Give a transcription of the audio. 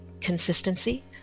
consistency